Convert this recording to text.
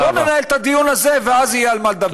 בואו ננהל את הדיון הזה ואז יהיה על מה לדבר.